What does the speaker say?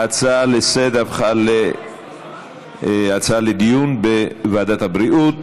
ההצעה לסדר-היום עברה לדיון בוועדת הבריאות.